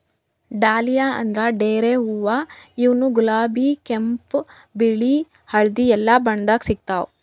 dahlia ಅಂದ್ರ ಡೇರೆ ಹೂವಾ ಇವ್ನು ಗುಲಾಬಿ ಕೆಂಪ್ ಬಿಳಿ ಹಳ್ದಿ ಎಲ್ಲಾ ಬಣ್ಣದಾಗ್ ಸಿಗ್ತಾವ್